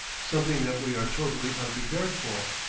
something that we are totally unprepared for.